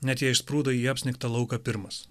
net jei išsprūdai į apsnigtą lauką pirmas